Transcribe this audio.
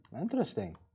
Interesting